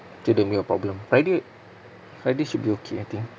to dia punya problem friday friday should be okay I think